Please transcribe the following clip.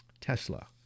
Tesla